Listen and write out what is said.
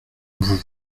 vous